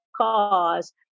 cause